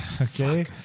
okay